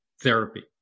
therapy